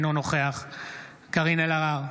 אינו נוכח קארין אלהרר,